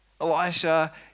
Elisha